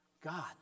God